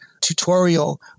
tutorial